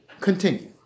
Continue